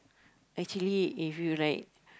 actually if you right